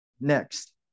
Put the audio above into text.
Next